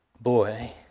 boy